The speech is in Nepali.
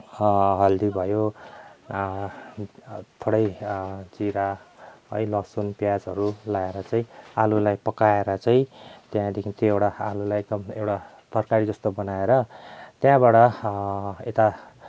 हल्दी भयो थोरै जिरा है लसुन पियाजहरू लगाएर चाहिँ आलुलाई पकाएर चाहिँ त्यहाँदेखि त्यो एउटा आलुलाई एकदम तरकारी जस्तो बनाएर त्यहाँबाट यता